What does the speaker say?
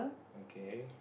okay